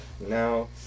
Now